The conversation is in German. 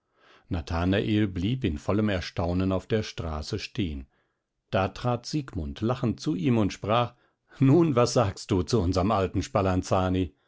nathanael blieb in vollem erstaunen auf der straße stehen da trat siegmund lachend zu ihm und sprach nun was sagst du zu unserem alten